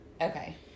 Okay